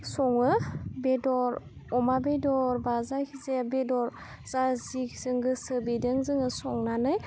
सङो बेदर अमा बेदर बा जायखिजाया बेदर जा जिजों गोसो बिदों जोङो संनानै